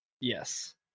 yes